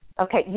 Okay